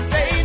Say